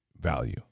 value